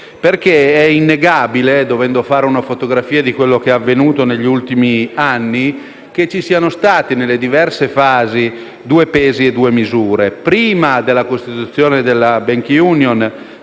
Infatti è innegabile, dovendo fare una fotografia di quello che è avvenuto negli ultimi anni, che vi siano stati, nelle diverse fasi, due pesi e due misure.